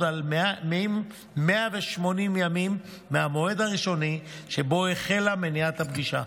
על 180 ימים מהמועד הראשוני שבו החלה מניעת הפגישה.